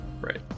right